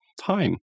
time